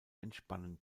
entspannen